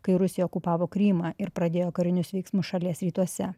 kai rusija okupavo krymą ir pradėjo karinius veiksmus šalies rytuose